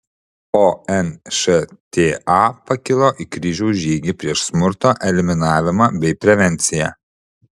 o nšta pakilo į kryžiaus žygį prieš smurto eliminavimą bei prevenciją